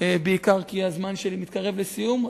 בעיקר כי הזמן שלי מתקרב לסיום,